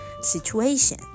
situation